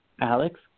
Alex